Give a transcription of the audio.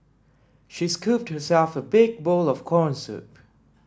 she scooped herself a big bowl of corn soup